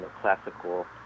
classical